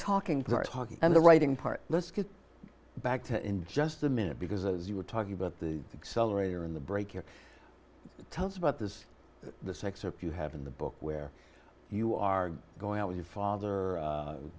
talking for talking and the writing part let's get back to in just a minute because as you were talking about the accelerator in the break here tell us about this this excerpt you have in the book where you are going out with your father